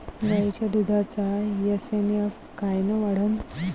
गायीच्या दुधाचा एस.एन.एफ कायनं वाढन?